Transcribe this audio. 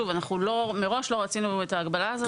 שוב, מראש לא רצינו את ההגבלה הזאת.